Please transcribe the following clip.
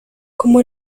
como